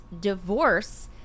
divorce